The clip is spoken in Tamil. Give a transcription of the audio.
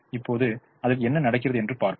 இப்போது அதற்கு என்ன நடக்கிறது என்று பார்ப்போம்